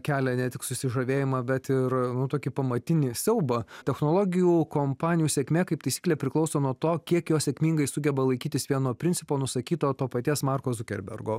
kelia ne tik susižavėjimą bet ir nu tokį pamatinį siaubą technologijų kompanijų sėkmė kaip taisyklė priklauso nuo to kiek jos sėkmingai sugeba laikytis vieno principo nusakyto to paties marko zukerbergo